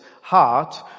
heart